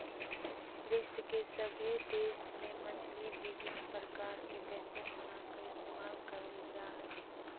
विश्व के सभे देश में मछली विभिन्न प्रकार के व्यंजन बनाकर इस्तेमाल करल जा हइ